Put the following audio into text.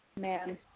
man